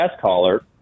caller